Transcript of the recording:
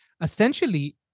Essentially